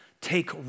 take